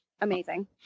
amazing